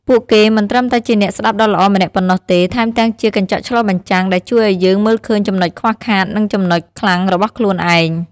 ពួកគេមិនត្រឹមតែជាអ្នកស្តាប់ដ៏ល្អម្នាក់ប៉ុណ្ណោះទេ ថែមទាំងជា កញ្ចក់ឆ្លុះបញ្ចាំង ដែលជួយឲ្យយើងមើលឃើញចំណុចខ្វះខាត និងចំណុចខ្លាំងរបស់ខ្លួនឯង។